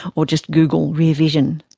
or just google rear vision.